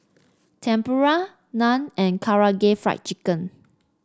Tempura Naan and Karaage Fried Chicken